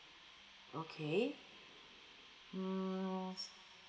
okay mm